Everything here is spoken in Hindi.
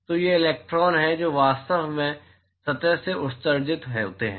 तो ये इलेक्ट्रॉन हैं जो वास्तव में सतह से उत्सर्जित होते हैं